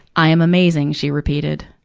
i am amazing she repeated.